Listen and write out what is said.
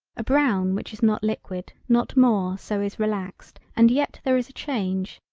a brown which is not liquid not more so is relaxed and yet there is a change,